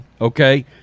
okay